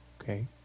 okay